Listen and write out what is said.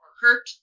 hurt